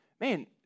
man